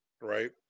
right